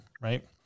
right